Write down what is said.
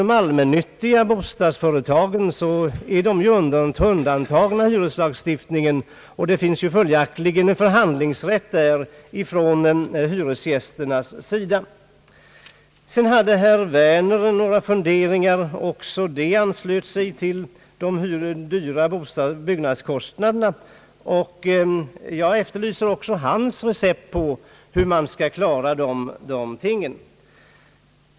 De allmännyttiga bostadsföretagen är ju undantagna hyreslagstiftningen, och det finns där följaktligen en förhandlingsrätt för hyresgästerna. Även herr Werners funderingar anslöt sig till de höga byggnadskostnaderna. Jag efterlyser också hans recept på hur man skall klara dessa ting.